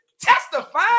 Testify